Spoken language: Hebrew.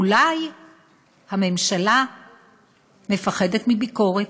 אולי הממשלה מפחדת מביקורת?